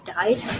died